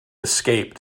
escape